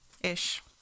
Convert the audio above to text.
ish